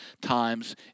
times